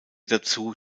dazu